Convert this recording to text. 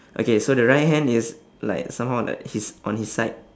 okay so the right hand is like somehow like his on his side